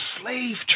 slave